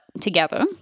together